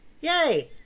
Yay